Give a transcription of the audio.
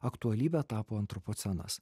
aktualybe tapo antropocenas